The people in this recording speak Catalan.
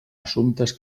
assumptes